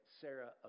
Sarah